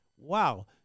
wow